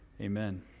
Amen